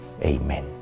Amen